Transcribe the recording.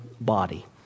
body